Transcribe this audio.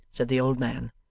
said the old man,